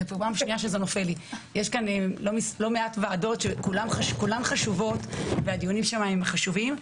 לא מעט ועדות וכולן חשובות והדיונים שם הם חשובים,